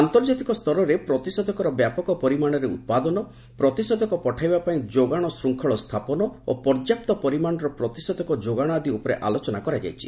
ଆନ୍ତର୍ଜାତିକ ସ୍ତରରେ ପ୍ରତିଷେଧକର ବ୍ୟାପକ ପରିମାଣରେ ଉତ୍ପାଦନ ପ୍ରତିଷେଧକ ପଠାଇବାପାଇଁ ଯୋଗାଣ ଶୃଙ୍ଖଳ ସ୍ଥାପନ ଓ ପର୍ଯ୍ୟାପ୍ତ ପରିମାଣର ପ୍ରତିଷେଧକ ଯୋଗାଣ ଆଦି ଉପରେ ଆଲୋଚନା କରାଯାଇଛି